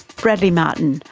bradley martin,